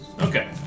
Okay